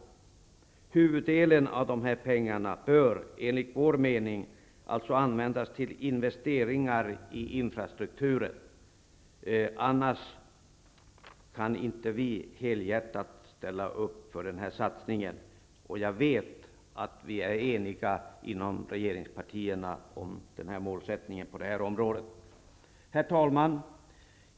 Huvuddelen av pengarna bör, enligt vår mening, alltså användas till investeringar i infrastrukturen. Annars kan inte vi helhjärtat ställa upp för denna satsning. Jag vet att vi är eniga inom regeringspartierna om målsättningen på det här området. Herr talman!